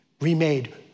Remade